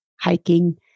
hiking